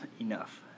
enough